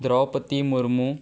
Draupadi Murmu